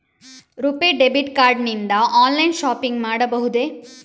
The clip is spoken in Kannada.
ರುಪೇ ಡೆಬಿಟ್ ಕಾರ್ಡ್ ನಿಂದ ಆನ್ಲೈನ್ ಶಾಪಿಂಗ್ ಮಾಡಬಹುದೇ?